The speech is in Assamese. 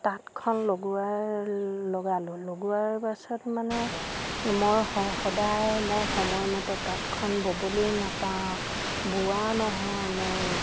তাঁতখন লগোৱাৰ লগালোঁ লগোৱাৰ পাছত মানে মই সদায় মই সময়মতে তাঁতখন ব'বলৈ নাপাওঁ বোৱা নহয় মোৰ